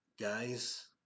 guys